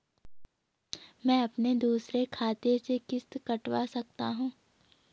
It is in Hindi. मैं अपने दूसरे खाते से किश्त कटवा सकता हूँ?